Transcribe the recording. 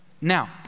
Now